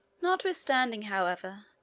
notwithstanding, however,